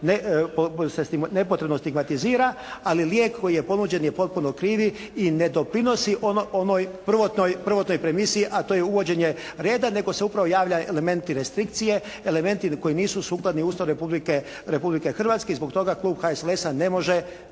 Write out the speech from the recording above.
nepotrebno stigmatizira, ali lijek koji je ponuđen je potpuno krivi i ne doprinosi onoj prvotnoj premisi a to je uvođenje reda nego se upravo javljaju elementi restrikcije, elementi koji nisu sukladni Ustavu Republike Hrvatske i zbog toga Klub HSLS-a ne može